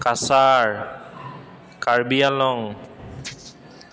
Cachar Karbi Anglong